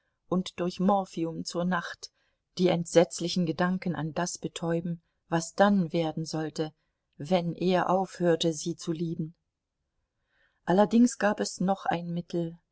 und durch morphium zur nacht die entsetzlichen gedanken an das betäuben was dann werden sollte wenn er aufhörte sie zu lieben allerdings gab es noch ein mittel